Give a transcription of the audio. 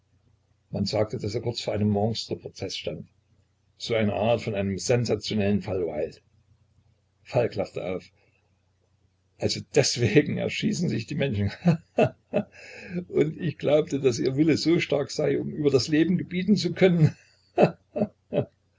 man sagt daß er kurz vor einem monstreprozeß stand so eine art von einem sensationellen fall wilde falk lachte auf also deswegen erschießen sich die menschen ha ha ha und ich glaubte daß ihr wille so stark sei um über das leben gebieten zu können